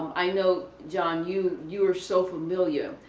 i know john, you you are so familiar.